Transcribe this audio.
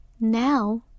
now